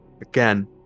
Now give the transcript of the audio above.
Again